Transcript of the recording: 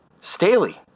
Staley